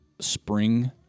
spring